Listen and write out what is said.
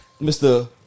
Mr